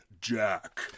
Jack